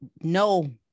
no